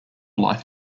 life